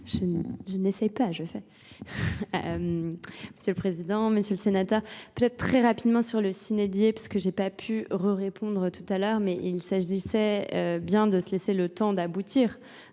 Je n'essaye pas, je le fais. M. le Président, M. le Sénateur, peut-être très rapidement sur le synédier, puisque je n'ai pas pu re-répondre tout à l'heure, mais il s'agissait bien de se laisser le temps d'aboutir